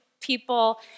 people